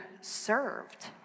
served